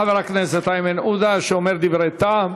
תודה לחבר הכנסת איימן עודה, שאומר דברי טעם.